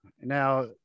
now